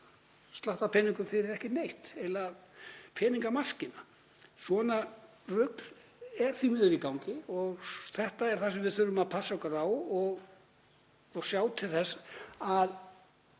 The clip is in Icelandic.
slatta af peningum fyrir ekki neitt, eiginlega peningamaskína. Svona rugl er því miður í gangi og þetta er það sem við þurfum að passa okkur á og sjá til þess að